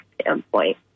standpoint